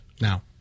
now